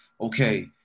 okay